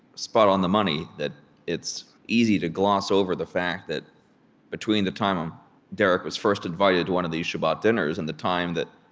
spot-on-the-money that it's easy to gloss over the fact that between the time um derek was first invited to one of these shabbat dinners and the time that,